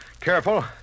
Careful